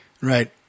Right